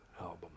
album